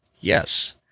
yes